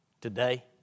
today